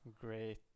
Great